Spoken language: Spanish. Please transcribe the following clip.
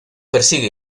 persigue